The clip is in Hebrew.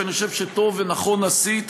שאני חושב שטוב ונכון עשית